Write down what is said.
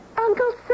Uncle